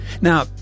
Now